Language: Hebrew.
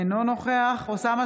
אינו נוכח אוסאמה